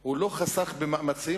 הוא לא חסך במאמצים,